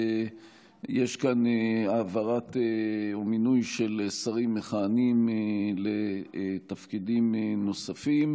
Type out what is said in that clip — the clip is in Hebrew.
יש כאן העברה או מינוי של שרים מכהנים לתפקידים נוספים,